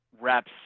reps